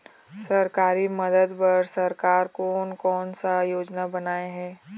सरकारी मदद बर सरकार कोन कौन सा योजना बनाए हे?